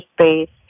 space